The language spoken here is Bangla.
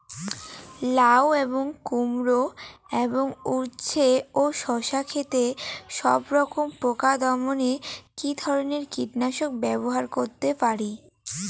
লাউ এবং কুমড়ো এবং উচ্ছে ও শসা ক্ষেতে সবরকম পোকা দমনে কী ধরনের কীটনাশক ব্যবহার করতে পারি?